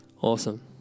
awesome